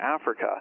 Africa